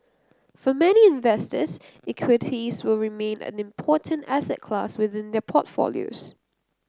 for many investors equities will remain an important asset class within their portfolios